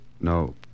No